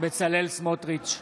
בצלאל סמוטריץ'